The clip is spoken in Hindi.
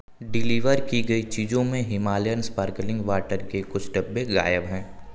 डिलीवर की गई चीज़ों में हिमालयन स्पार्कलिंग वाटर के कुछ डब्बे गायब हैं